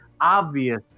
obvious